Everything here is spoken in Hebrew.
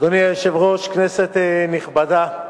אדוני היושב-ראש, כנסת נכבדה,